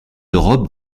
europe